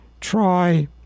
try